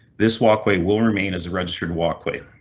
this walkway will remain as a registered walkway.